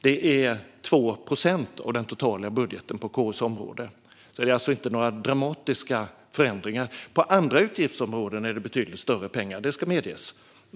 Detta är 2 procent av den totala budgeten på KU:s område, så det är inte några dramatiska förändringar. På andra utgiftsområden är det betydligt större pengar - det ska medges.